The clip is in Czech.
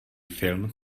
film